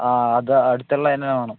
ആ അത് അടുത്തുള്ളത് തന്നെ വേണം